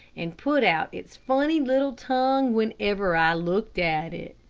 and put out its funny little tongue whenever i looked at it.